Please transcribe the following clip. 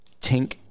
Tink